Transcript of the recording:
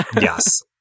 Yes